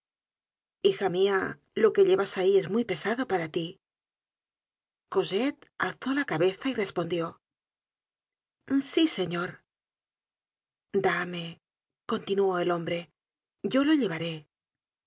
hija mia lo que llevas ahí es muy pesado para tí cosette alzó la cabeza y respondió sí señor dame continuó el hombre yo lo llevaré